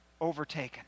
overtaken